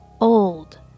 old